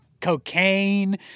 cocaine